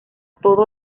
todo